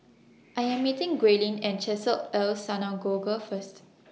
I Am meeting Grayling At Chesed El Synagogue First